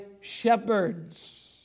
shepherds